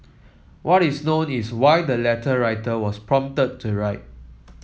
what is known is why the letter writer was prompted to write